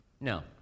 No